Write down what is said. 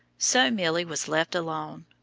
so milly was left alone,